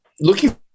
Looking